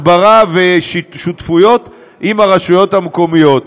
הסברה ושותפויות עם הרשויות המקומיות.